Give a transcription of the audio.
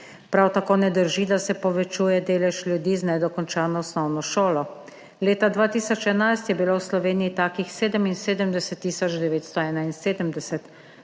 Prav tako ne drži, da se povečuje delež ljudi z nedokončano osnovno šolo. Leta 2011 je bilo v Sloveniji takih 77